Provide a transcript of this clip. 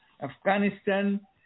Afghanistan